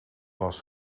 was